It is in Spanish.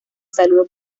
saludo